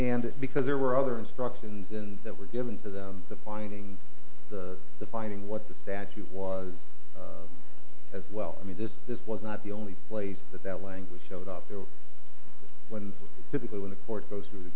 and because there were other instructions in that were given to them the finding the finding what the statute was as well i mean this this was not the only place that that language showed up there when typically when a court goes through the